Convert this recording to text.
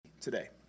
today